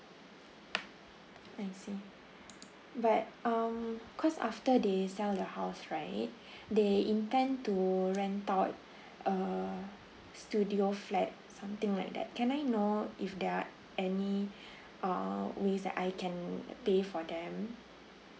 I see but um cause after they sell the house right they intend to rent out a studio flat something like that can I know if there are any uh ways that I can pay for them